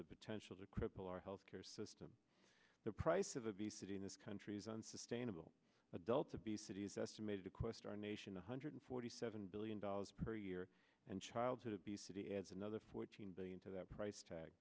the potential to cripple our health care system the price of obesity in this country is unsustainable adult obesity is estimated to cost our nation one hundred forty seven billion dollars per year and childhood obesity adds another fourteen billion to that price tag